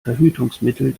verhütungsmittel